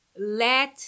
let